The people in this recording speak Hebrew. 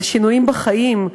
על שינויים בחיים.